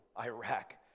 Iraq